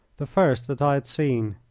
the first that i had seen.